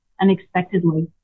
unexpectedly